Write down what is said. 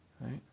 right